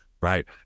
right